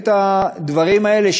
הדברים האלה,